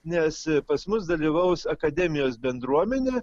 nes pas mus dalyvaus akademijos bendruomenė